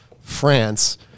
France